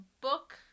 book